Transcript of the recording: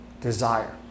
desire